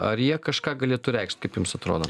ar jie kažką galėtų reikšt kaip jums atrodo